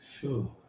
Sure